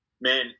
man